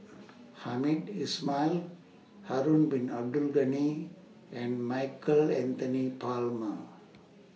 Hamed Ismail Harun Bin Abdul Ghani and Michael Anthony Palmer